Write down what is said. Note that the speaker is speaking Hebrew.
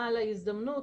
ההזדמנות.